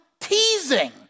teasing